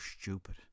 stupid